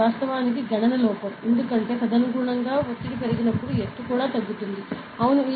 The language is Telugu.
ఇది వాస్తవానికి గణన లోపం ఎందుకంటే తదనుగుణంగా ఒత్తిడి పెరిగినప్పుడు ఎత్తు కూడా తగ్గుతుంది అవును